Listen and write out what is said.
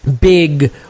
big